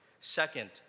Second